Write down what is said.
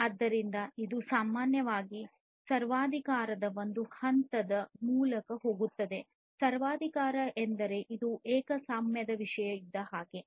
ಆದ್ದರಿಂದ ಇದು ಸಾಮಾನ್ಯವಾಗಿ ಸರ್ವಾಧಿಕಾರದ ಒಂದು ಹಂತದ ಮೂಲಕ ಹೋಗುತ್ತದೆ ಸರ್ವಾಧಿಕಾರ ಎಂದರೆ ಇದು ಏಕಸ್ವಾಮ್ಯದ ವಿಷಯ ಆಗಿದೆ